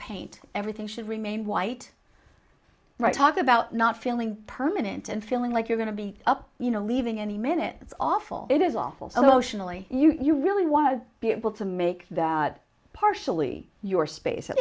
paint everything should remain white right talk about not feeling permanent and feeling like you're going to be up you know leaving any minute it's awful it is awful socially you really want to be able to make that partially your space